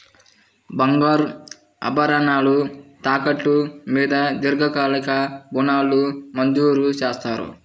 బంగారు ఆభరణాలు తాకట్టు మీద దీర్ఘకాలిక ఋణాలు మంజూరు చేస్తారా?